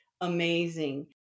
amazing